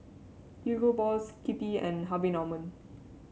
Hugo Boss Skippy and Harvey Norman